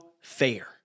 fair